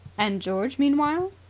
and george meanwhile?